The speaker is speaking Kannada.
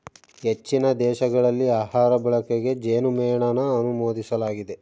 ಹೆಚ್ಚಿನ ದೇಶಗಳಲ್ಲಿ ಆಹಾರ ಬಳಕೆಗೆ ಜೇನುಮೇಣನ ಅನುಮೋದಿಸಲಾಗಿದೆ